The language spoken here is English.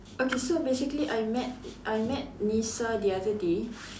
okay so basically I met I met Nisa the other day